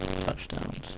touchdowns